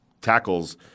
tackles –